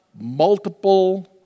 multiple